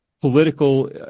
political